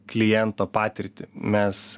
kliento patirtį mes